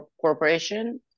corporation